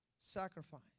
Sacrifice